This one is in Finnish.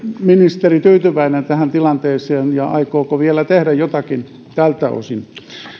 ministeri tyytyväinen tähän tilanteeseen ja aikooko ministeri vielä tehdä jotakin tältä osin